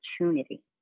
opportunity